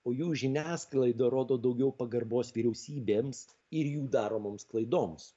o jų žiniasklaida rodo daugiau pagarbos vyriausybėms ir jų daromoms klaidoms